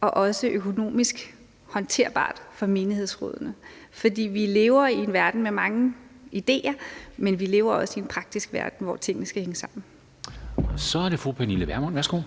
og også økonomisk håndterbart for menighedsrådene. For vi lever i en verden med mange ideer, men vi lever også i en praktisk verden, hvor tingene skal hænge sammen. Kl. 11:12 Formanden